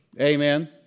Amen